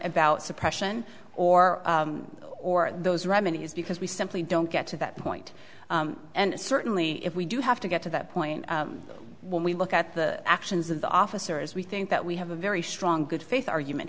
about suppression or or those remedies because we simply don't get to that point and certainly if we do have to get to that point when we look at the actions of the officers we think that we have a very strong good faith argument